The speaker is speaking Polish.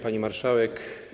Pani Marszałek!